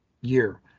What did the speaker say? year